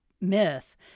myth